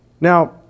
Now